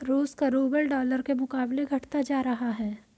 रूस का rouble dollar के मुकाबले घटता जा रहा है